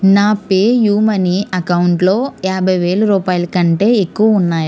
నా PayU money అకౌంటులో యాభైవేల రూపాయల కంటే ఎక్కువ ఉన్నాయా